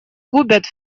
губят